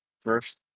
First